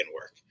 work